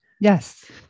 Yes